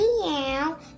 meow